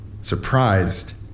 surprised